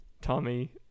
Tommy